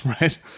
right